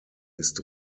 ist